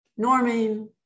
norming